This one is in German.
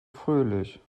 fröhlich